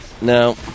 No